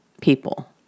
people